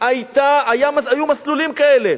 היו מסלולים כאלה.